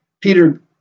Peter